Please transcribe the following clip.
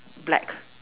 black